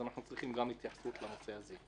אנחנו צריכים התייחסות גם לנושא הזה.